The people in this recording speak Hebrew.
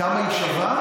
כמה היא שווה?